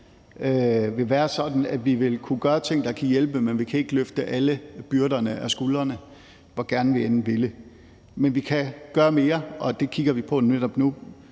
vi vil kunne gøre ting, der kan hjælpe, men at vi ikke kan løfte alle byrderne fra deres skuldre, hvor gerne vi end ville. Men vi kan gøre mere, og det kigger vi på netop nu.